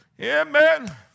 Amen